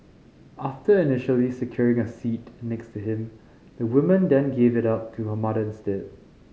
after initially securing a seat next to him the woman then gave it up to her mother instead